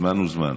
זמן הוא זמן.